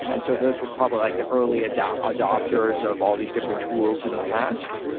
and so those were probably like the early and adopters of all these different tools in the past,